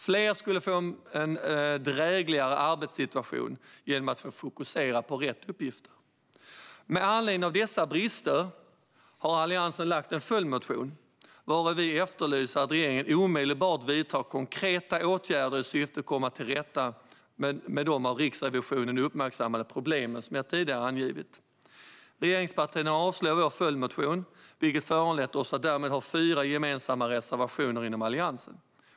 Fler skulle få en drägligare arbetssituation genom att få fokusera på rätt uppgifter. Med anledning av dessa brister har Alliansen lagt fram en följdmotion vari vi efterlyser att regeringen omedelbart vidtar konkreta åtgärder i syfte att komma till rätta med de av Riksrevisionen uppmärksammade problemen, som jag tidigare angivit. Regeringspartierna avstyrker vår följdmotion, vilket föranlett att vi därmed har fyra gemensamma reservationer från Alliansen.